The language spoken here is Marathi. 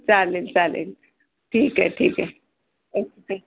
चालेल चालेल ठीक आहे ठीक आहे ओके